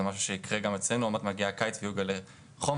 זה משהו שיקרה גם אצלנו ויהיו גלי חום,